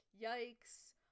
yikes